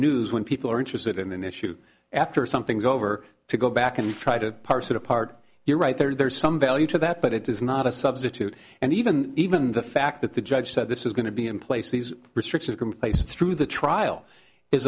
news when people are interested in an issue after something's over to go back and try to parse it apart you're right there's some value to that but it is not a substitute and even even the fact that the judge said this is going to be in place these restrictions complacence through the trial is